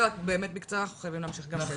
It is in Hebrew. רק באמת בקצרה כי אנחנו חייבים להמשיך ---.